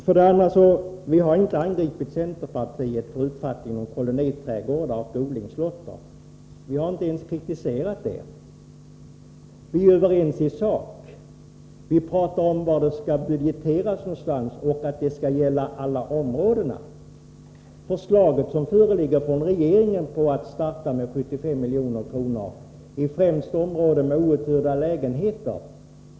För det andra har vi inte angripit centerpartiet för dess uppfattning om koloniträdgårdar och odlingslotter. Vi har inte ens kritiserat centern. Vi är överens i sak, men vi pratar om i vilket sammanhang anläggningarna skall budgeteras och att lösningen skall gälla alla områden. Det förslag som föreligger från regeringen innebär att man skall starta med 75 milj.kr., främst i områden med outhyrda lägenheter.